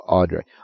Audrey